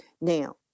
Now